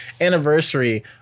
anniversary